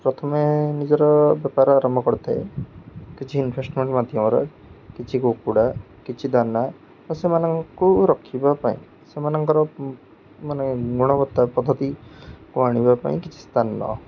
ପ୍ରଥମେ ନିଜର ବେପାର ଆରମ୍ଭ କରିଥାଏ କିଛି ଇନଭେଷ୍ଟମେଣ୍ଟ ମାଧ୍ୟମରେ କିଛି କୁକୁଡ଼ା କିଛି ଦାନା ଓ ସେମାନଙ୍କୁ ରଖିବା ପାଇଁ ସେମାନଙ୍କର ମାନେ ଗୁଣବତ୍ତା ପଦ୍ଧତିକୁ ଆଣିବା ପାଇଁ କିଛି ସ୍ଥାନ